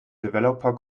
developer